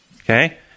Okay